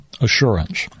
Assurance